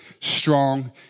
strong